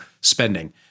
spending